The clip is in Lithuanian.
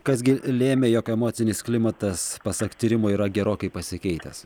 kas gi lėmė jog emocinis klimatas pasak tyrimo yra gerokai pasikeitęs